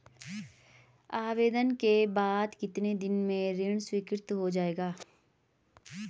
आवेदन के बाद कितने दिन में ऋण स्वीकृत हो जाएगा?